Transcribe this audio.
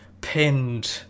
pinned